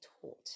taught